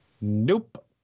Nope